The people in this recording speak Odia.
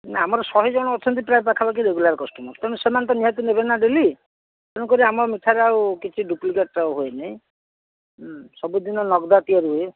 ନା ଆମର ଶହେ ଜଣ ଅଛନ୍ତି ପ୍ରାୟ ପାଖାପାଖି ରେଗୁଲାର କଷ୍ଟମର୍ ତେଣୁ ସେମାନେ ତ ନିହାତି ନେବେ ନା ଡେଲି ତେଣୁକରି ଆମ ମିଠାରେ ଆଉ କିଛି ଡୁପ୍ଲିକେଟ୍ ଆଉ ହୁଏନି ସବୁଦିନ ନଗଦା ତିଆରି ହୁଏ